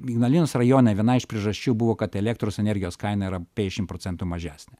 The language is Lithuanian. ignalinos rajone viena iš priežasčių buvo kad elektros energijos kaina yra penkiasdešimt procentų mažesnė